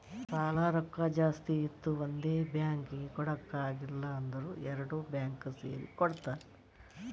ಸಾಲಾ ರೊಕ್ಕಾ ಜಾಸ್ತಿ ಇತ್ತು ಒಂದೇ ಬ್ಯಾಂಕ್ಗ್ ಕೊಡಾಕ್ ಆಗಿಲ್ಲಾ ಅಂದುರ್ ಎರಡು ಬ್ಯಾಂಕ್ ಸೇರಿ ಕೊಡ್ತಾರ